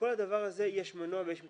לכל הדבר הזה יש מנוע ויש מתדלקים.